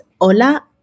Hola